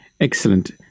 Excellent